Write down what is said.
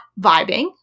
vibing